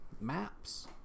maps